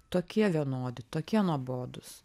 tokie vienodi tokie nuobodūs